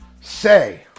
say